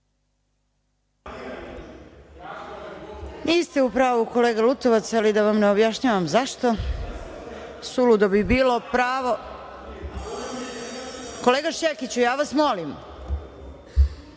Niste u pravu kolega Lutovac, ali da vam ne objašnjavam zašto, suludo bi bilo. Kolega Šćekiću, ja vas molim. Pravo